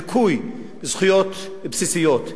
וגם על רקע של דיכוי זכויות בסיסיות.